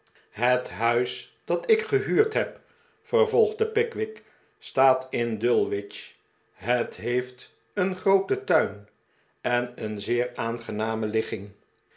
het huis dat ik gehuurd heb vervolgde pickwick staat in dulwich het heeft een grooten tuin en een zeer aangename ligging